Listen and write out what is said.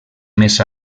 més